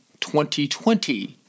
2020